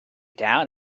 down